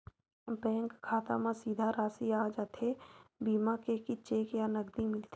Bank खाता मा सीधा राशि आ जाथे बीमा के कि चेक या नकदी मिलथे?